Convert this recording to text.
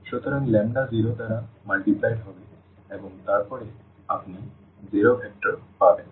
সুতরাং ল্যাম্বডা 0 দ্বারা গুণিত হবে এবং তারপরে আপনি শূন্য ভেক্টর পাবেন